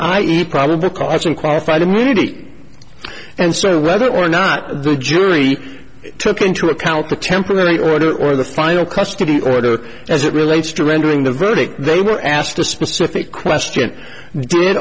e probable caution qualified immunity and so whether or not the jury took into account the temporary order or the final custody order as it relates to rendering the verdict they were asked a specific question did